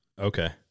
Okay